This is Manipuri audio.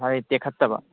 ꯃꯁꯥꯁꯤ ꯇꯦꯈꯠꯇꯕ